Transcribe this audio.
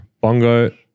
bongo